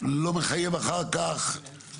שאחר כך לא מחייב,